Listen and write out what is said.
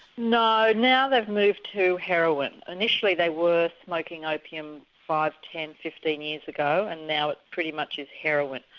no, now they've moved to heroin. initially they were smoking opium five, ten, fifteen years ago and now it pretty much is heroin.